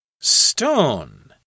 Stone